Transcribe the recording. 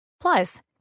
Plus